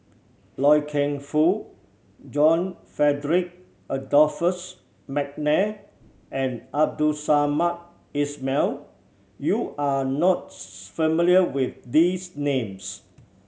Loy Keng Foo John Frederick Adolphus McNair and Abdul Samad Ismail you are not familiar with these names